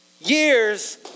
years